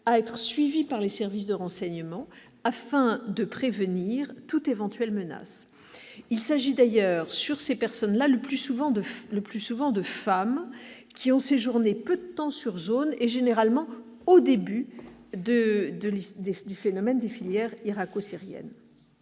à être suivies par les services de renseignement afin de prévenir toute éventuelle menace. Il s'agit le plus souvent de femmes ayant séjourné peu de temps sur zone, et généralement au début du phénomène des filières irako-syriennes.